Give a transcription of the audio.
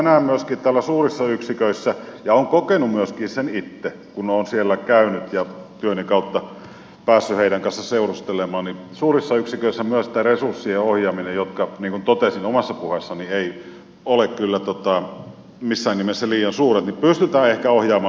kyllä minä näen myöskin ja olen kokenut sen myöskin itse kun olen suurissa yksiköissä käynyt ja työni kautta päässyt heidän kanssaan seurustelemaan että suurissa yksiköissä myös nämä ohjaamisen resurssit jotka niin kuin totesin omassa puheessani eivät ole kyllä missään nimessä liian suuret pystytään ehkä suuntaamaan paremmin